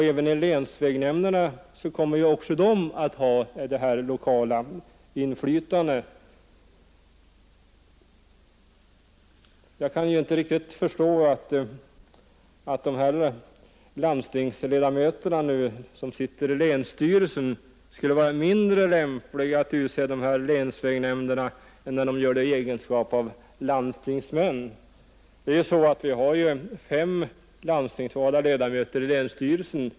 Även i länsvägnämnderna blir det ett lokalt inflytande. Jag kan inte riktigt förstå att de landstingsledamöter som sitter i länsstyrelsen skulle vara mindre lämpliga att utse länsvägnämnd än de ledamöter som gör det i egenskap av landstingsmän. Vi har ju fem landstingsvalda ledamöter i länsstyrelsen.